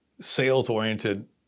sales-oriented